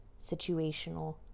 situational